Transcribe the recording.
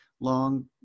long